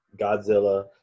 Godzilla